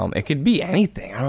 um it could be anything,